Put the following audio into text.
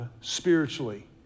spiritually